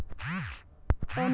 NBFC म्हणजे का होते?